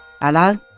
Hello